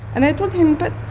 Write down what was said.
and i told him, but